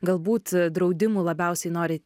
galbūt draudimų labiausiai nori